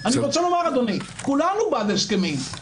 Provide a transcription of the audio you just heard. אני רוצה לומר, אדוני, כולנו בעד הסכמים.